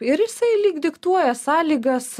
ir jisai lyg diktuoja sąlygas